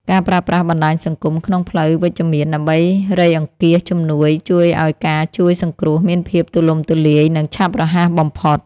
ការប្រើប្រាស់បណ្តាញសង្គមក្នុងផ្លូវវិជ្ជមានដើម្បីរៃអង្គាសជំនួយជួយឱ្យការជួយសង្គ្រោះមានភាពទូលំទូលាយ និងឆាប់រហ័សបំផុត។